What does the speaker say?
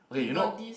okay you know